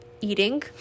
eating